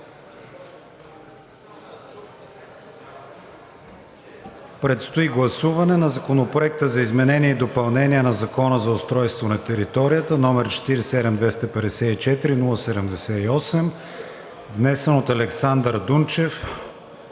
Предстои гласуване на Законопроект за изменение и допълнение на Закона за устройство на територията № 47-254-01-78, внесен от Александър Дунчев